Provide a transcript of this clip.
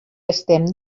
estem